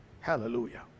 Hallelujah